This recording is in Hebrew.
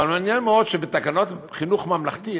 אבל מעניין מאוד שבתקנות חינוך ממלכתי,